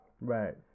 right